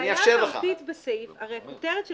הבעיה המהותית בסעיף הרי הכותרת של